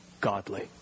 godly